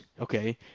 okay